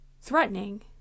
threatening